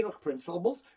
principles